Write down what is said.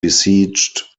besieged